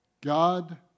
God